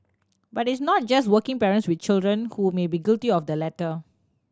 but it is not just working parents with children who may be guilty of the latter